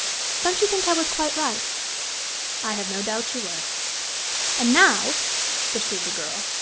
don't you think i was quite right i have no doubt you were and now pursued the girl,